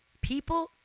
people